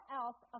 else